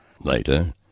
Later